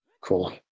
Cool